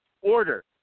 Order